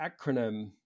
acronym